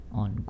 on